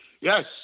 Yes